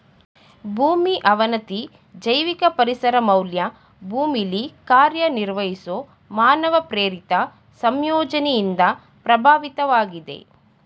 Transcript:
ಭೂಮಿ ಅವನತಿ ಜೈವಿಕ ಪರಿಸರ ಮೌಲ್ಯ ಭೂಮಿಲಿ ಕಾರ್ಯನಿರ್ವಹಿಸೊ ಮಾನವ ಪ್ರೇರಿತ ಸಂಯೋಜನೆಯಿಂದ ಪ್ರಭಾವಿತವಾಗಿದೆ